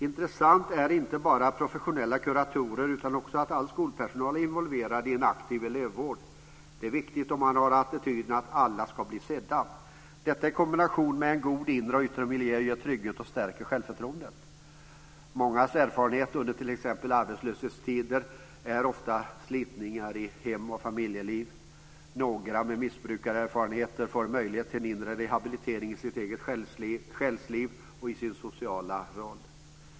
Intressant är inte bara professionella kuratorer utan också att all skolpersonal är involverad i en aktiv elevvård. Det är viktigt att man har attityden att alla ska bli sedda. Detta i kombination med en god inre och yttre miljö ger trygghet och stärker självförtroendet. Mångas erfarenhet under t.ex. arbetslöshetstider är slitningar i hem och familjeliv. Några med missbrukserfarenhet får möjlighet till en inre rehabilitering i sitt eget själsliv och i sin sociala roll.